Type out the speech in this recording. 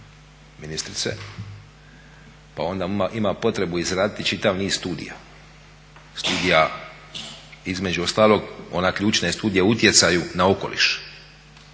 ministrice, pa onda ima potrebu izraditi čitav niz studija, studija između ostalog ona ključna je studija utjecaju na okoliš,